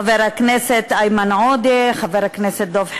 חבר הכנסת איימן עודה, חברי הכנסת דב חנין,